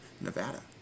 Nevada